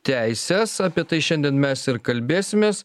teises apie tai šiandien mes ir kalbėsimės